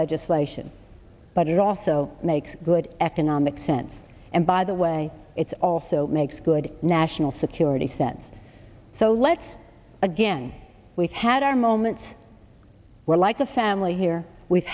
legislation but it also makes good economic sense and by the way it's also makes good national security sense so let's again we've had our moments were like a family here we've